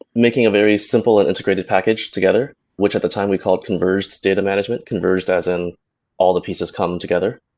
making a very simple and integrated package together which at the time we called converged data management. converged as in all the pieces come together.